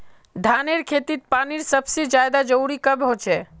धानेर खेतीत पानीर सबसे ज्यादा जरुरी कब होचे?